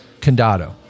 Condado